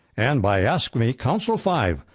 and by ask me council five,